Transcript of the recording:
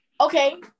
Okay